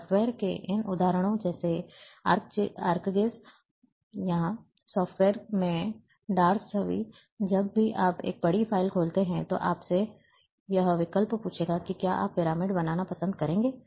software के इन उदाहरणों जैसे आर्कजीआईएस या सॉफ्टवेयर में डॉस छवि जब भी आप एक बड़ी फ़ाइल खोलते हैं तो यह आपसे यह विकल्प पूछेगा कि क्या आप पिरामिड बनाना पसंद करेंगे